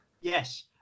Yes